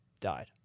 died